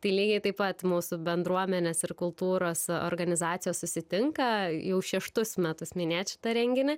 tai lygiai taip pat mūsų bendruomenės ir kultūros organizacijos susitinka jau šeštus metus minėt šitą renginį